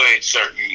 certain